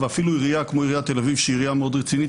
ואפילו עירייה כמו עיריית תל אביב שהיא עירייה מאוד רצינית,